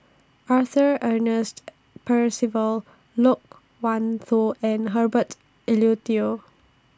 Arthur Ernest Percival Loke Wan Tho and Herbert Eleuterio